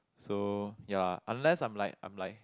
so ya unless I'm like I'm like